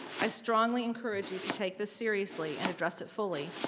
i strongly encourage you to take this seriously and address it fully.